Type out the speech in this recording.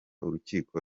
urukiko